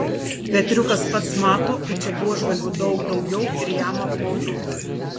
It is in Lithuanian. petriukas pats mato kad čia buožgalvių daug daugiau ir jam apmaudu